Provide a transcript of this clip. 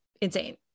insane